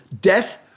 Death